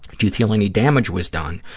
do you feel any damage was done?